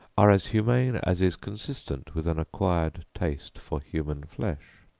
are as humane as is consistent with an acquired taste for human flesh.